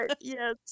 Yes